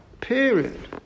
period